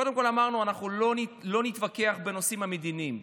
קודם כול אמרנו שאנחנו לא נתווכח בנושאים המדיניים,